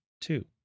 two